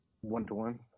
One-to-one